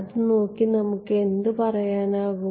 അത് നോക്കി നിങ്ങൾക്ക് എന്ത് പറയാൻ കഴിയും